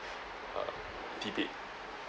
uh debate